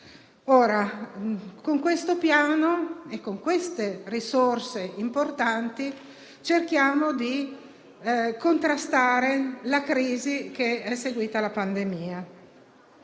Con questo Piano e queste risorse importanti cerchiamo di contrastare la crisi che è seguita alla pandemia.